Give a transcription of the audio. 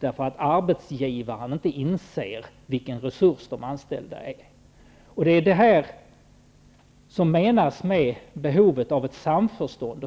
därför att arbetsgivaren inte inser vilken resurs de anställda är. Det är här jag menar att det finns ett behov av samförstånd.